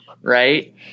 right